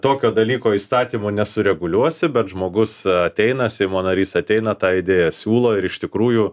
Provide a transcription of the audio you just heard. tokio dalyko įstatymu nesureguliuosi bet žmogus ateina seimo narys ateina tą idėją siūlo ir iš tikrųjų